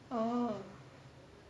orh